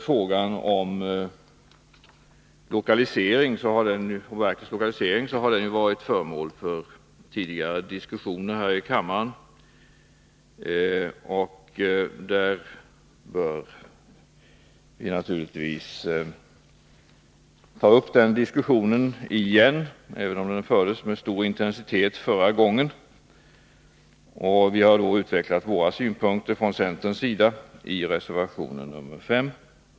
Frågan om verkets lokalisering har varit föremål för tidigare diskussioner här i kammaren, och vi bör naturligtvis ta upp den diskussionen igen, även om den fördes med stor intensitet förra året. Vi har från centerns sida utvecklat våra synpunkter i reservation 5.